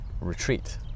retreat